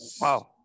Wow